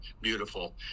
beautiful